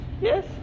Yes